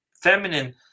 feminine